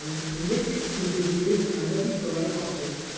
and inject it into the grid under the provide object.